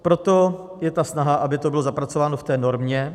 Proto je ta snaha, aby to bylo zapracováno v té normě.